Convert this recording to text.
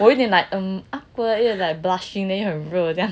我一定 like um after 在 blushing 因为很热这样